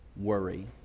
worry